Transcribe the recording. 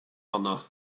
honno